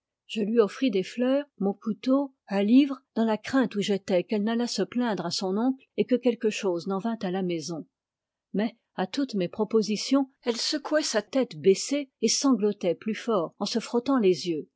je lui offris des fleurs mon couteau un livre dans la crainte où j'étais qu'elle n'allât se plaindre à son oncle et que quelque chose n'en vint à la maison mais à toutes mes propositions elle secouait sa tête baissée et sanglotait plus fort en se frottant les yeux